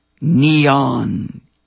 neon